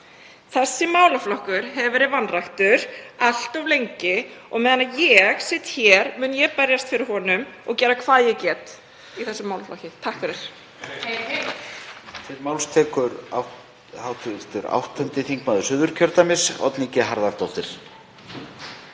Þessi málaflokkur hefur verið vanræktur allt of lengi og meðan ég sit hér mun ég berjast fyrir honum og gera hvað ég get í þessum málaflokki. SPEECH_END